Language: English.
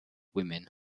women